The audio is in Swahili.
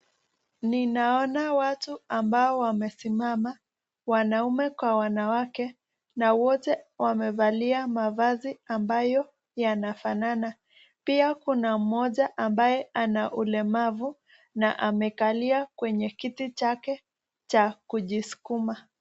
Ninaona watu ambao wamesimama, wanaume kwa wanawake na wote wamevalia mavazi ambayo yanafanana. Pia kuna mmoja ambaye ana ulemavu na amekalia kwenye kiti chake cha kujisukuma.